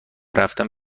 رفتن